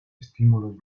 estímulos